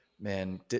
Man